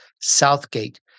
Southgate